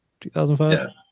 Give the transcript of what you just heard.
2005